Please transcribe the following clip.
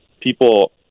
people